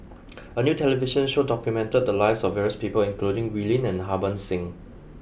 a new television show documented the lives of various people including Wee Lin and Harbans Singh